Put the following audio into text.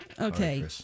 Okay